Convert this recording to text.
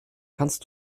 kannst